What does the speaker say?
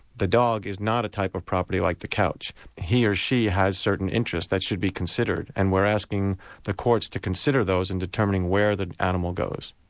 the dog is not a type of property like the couch he or she has certain interests that should be considered, and we're asking the courts to consider those in determining where the animal goes.